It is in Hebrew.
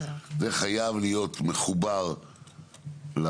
זה חייב להיות מחובר למציאות.